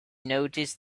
noticed